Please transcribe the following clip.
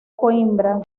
coímbra